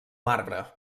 marbre